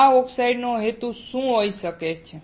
આ ઓક્સાઇડનો હેતુ શું હોઈ શકે છે